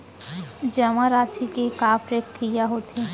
जेमा राशि के का प्रक्रिया होथे?